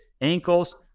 ankles